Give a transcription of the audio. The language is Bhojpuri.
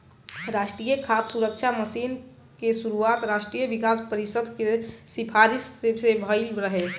राष्ट्रीय खाद्य सुरक्षा मिशन के शुरुआत राष्ट्रीय विकास परिषद के सिफारिस से भइल रहे